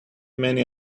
many